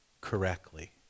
correctly